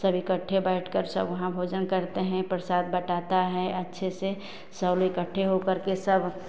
सब इकट्ठे बैठकर सब वहाँ भोजन करते हैं प्रसाद बँटाता है अच्छे से सब इकट्ठे होकर के सब